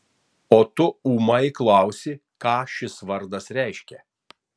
o tu ūmai klausi ką šis vardas reiškia